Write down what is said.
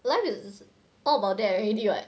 life is all about that already [what]